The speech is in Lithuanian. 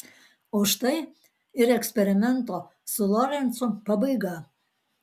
o štai ir eksperimento su lorencu pabaiga